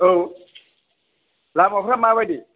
औ लामाफ्रा माबायदि